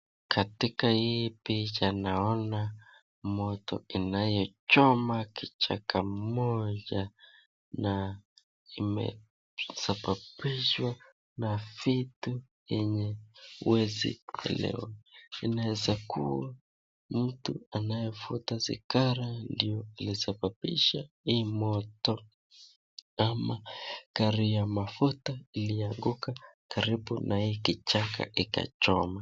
Katika hii picha naona moto inayochoma kichaka moja na imesababishwa na vitu yenye huwezi kuelewa, inaweza kuwa anayevuta sigara ndio alisababisha hii moto ama gari ya mafuta ilianguka karibu na hii kijaka ikachoma.